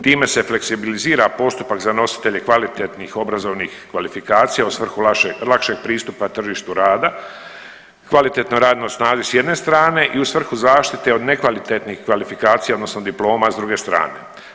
Time se fleksibilizira postupak za nositelje kvalitetnih obrazovnih kvalifikacija u svrhu lakšeg pristupa tržištu rada, kvalitetnoj radnoj snazi s jedne strane i u svrhu zaštite od nekvalitetnih kvalifikacija, odnosno diploma s druge strane.